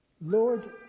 Lord